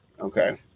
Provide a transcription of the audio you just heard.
Okay